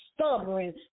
stubborn